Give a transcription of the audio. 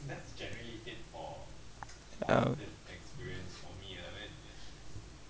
uh